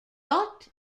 but